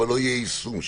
אבל לא יהיה יישום שלו.